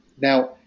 Now